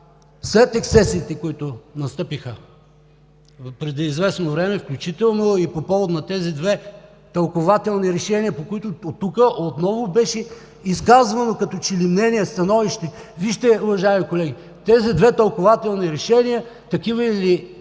след ексцесиите, които настъпиха преди известно време, включително и по повод на тези две тълкувателни решения, по които тук отново беше изказвано като че ли мнение, становище – вижте, тези две тълкувателни решения, правилни или